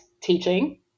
teaching